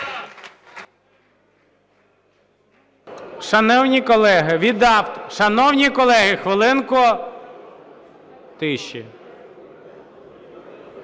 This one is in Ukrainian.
Шановні колеги, від... Шановні колеги, хвилинку тиші.